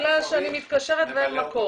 למלא אותם --- אני רגילה שאני מתקשרת ואין מקום.